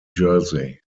jersey